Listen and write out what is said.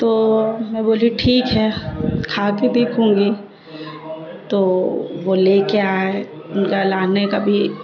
تو میں بولی ٹھیک ہے کھا کے دیکھوں گی تو وہ لے کے آئے ان کا لانے کا بھی